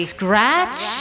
Scratch